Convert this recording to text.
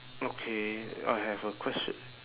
okay I have a question